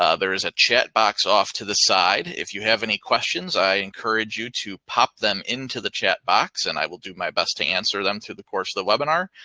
ah there is a chat box off to the side. if you have any questions, i encourage you to pop them into the chat box and i will do my best to answer them through the course of the webinar.